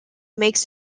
makes